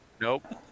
nope